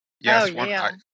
Yes